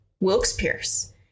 Wilkes-Pierce